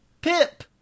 PIP